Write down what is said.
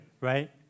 right